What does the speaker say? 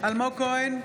אלמוג כהן,